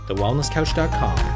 TheWellnessCouch.com